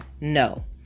no